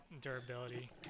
durability